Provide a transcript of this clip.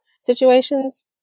situations